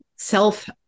Self